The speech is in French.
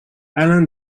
alain